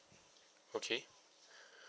okay